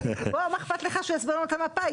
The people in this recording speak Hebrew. בוא מה אכפת לך שהוא יסביר לנו את המפה,